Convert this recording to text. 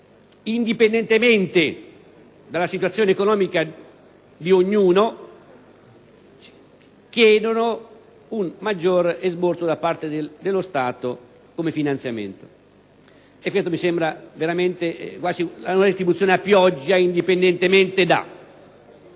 indipendentemente dalla situazione economica di ognuno, chiedono un maggiore esborso da parte dello Stato come finanziamento; mi sembra quasi una distribuzione a pioggia, indipendentemente dalla